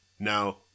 Now